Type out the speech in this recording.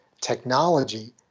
technology